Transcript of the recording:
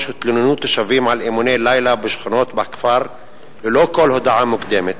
התלוננו תושבים על אימוני לילה בשכונות בכפר ללא כל הודעה מוקדמת,